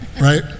right